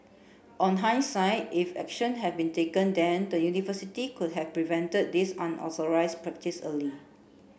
on hindsight if action had been taken then the university could have prevented this unauthorised practice early